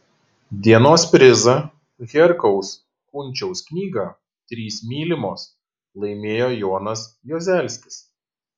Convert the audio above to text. dienos prizą herkaus kunčiaus knygą trys mylimos laimėjo jonas juozelskis